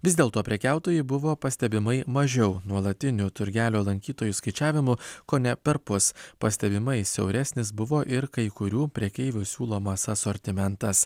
vis dėlto prekiautojų buvo pastebimai mažiau nuolatinių turgelio lankytojų skaičiavimu kone perpus pastebimai siauresnis buvo ir kai kurių prekeivių siūlomas asortimentas